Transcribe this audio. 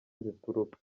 zituruka